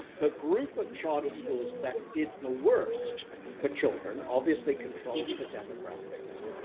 the group of charter schools that did the worst for children, obviously controlled for demographics,